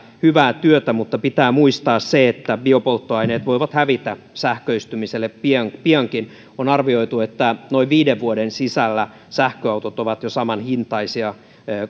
hyvää työtä mutta pitää muistaa se että biopolttoaineet voivat hävitä sähköistymiselle piankin piankin on arvioitu että noin viiden vuoden sisällä sähköautot ovat jo samanhintaisia